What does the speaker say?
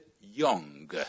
young